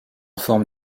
forme